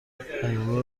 هیولا